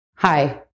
Hi